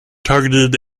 targeted